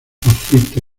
fascista